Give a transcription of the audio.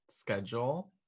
Schedule